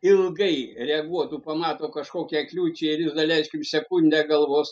ilgai reaguotų pamato kažkokią kliūčią ir jis dalieskim sekundę galvos